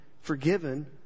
forgiven